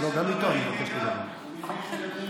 הוא ביקש לדבר איתה.